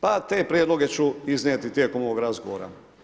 Pa te prijedloge ću iznijeti tijekom ovog razgovora.